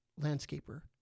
landscaper